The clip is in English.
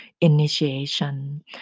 initiation